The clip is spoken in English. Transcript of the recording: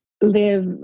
live